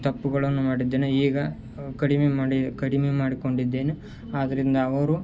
ತಪ್ಪುಗಳನ್ನು ಮಾಡಿದ್ದೇನೆ ಈಗ ಕಡಿಮೆ ಮಾಡಿ ಕಡಿಮೆ ಮಾಡಿಕೊಂಡಿದ್ದೇನೆ ಆದ್ದರಿಂದ ಅವರು